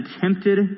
tempted